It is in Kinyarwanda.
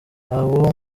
abo